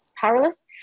powerless